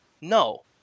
No